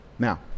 Now